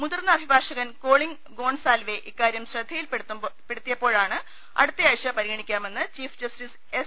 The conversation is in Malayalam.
മുതിർന്ന അഭിഭാഷകൻ കോളിംഗ് ഗോൺസാൽവെ ഇക്കാരൃം ശ്രദ്ധയിൽപ്പെ ടുത്തിയപ്പോഴാണ് അടുത്തയാഴ്ച പരിഗ്ണിക്കാമെന്ന് ചീഫ് ജസ്റ്റിസ് എസ്